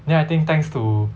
then I think thanks to